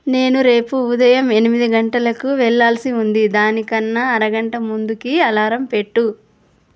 నేను రేపు ఉదయం ఎనిమిది గంటలకు వెళ్ళాల్సి ఉంది దాని కన్నా అరగంట ముందుకి అలారం పెట్టు